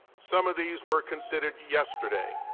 some of these were considered yesterday.